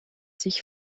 sich